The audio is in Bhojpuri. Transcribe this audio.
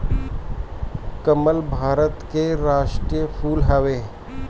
कमल भारत के राष्ट्रीय फूल हवे